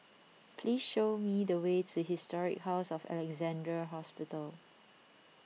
please show me the way to Historic House of Alexandra Hospital